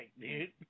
dude